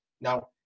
Now